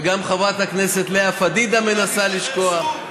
וגם חברת הכנסת לאה פדידה מנסה לשכוח.